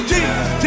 Jesus